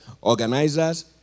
organizers